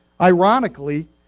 Ironically